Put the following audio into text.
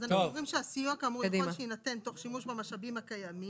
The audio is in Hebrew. אז אנחנו אומרים "הסיוע כאמור יכול שיינתן תוך שימוש במשאבים הקיימים